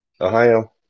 Ohio